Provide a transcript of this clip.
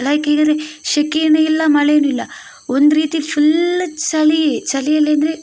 like ಹೇಗೆಂದರೆ ಶೆಕೆಯೂ ಇಲ್ಲ ಮಳೆಯೂ ಇಲ್ಲ ಒಂದು ರೀತಿ ಫುಲ್ ಚಳಿಯೇ ಚಳಿಯಲ್ಲಿ ಅಂದರೆ